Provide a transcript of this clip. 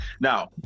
Now